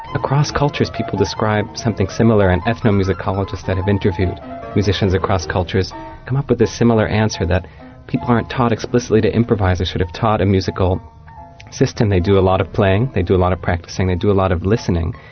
across cultures people describe something similar and ethnomusicologists that have interviewed musicians across cultures come up with a similar answer that people aren't taught explicitly to improvise they are sort of taught a musical system, they do a lot of playing, they do a lot of practising, they do a lot of listening.